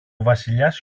βασιλιάς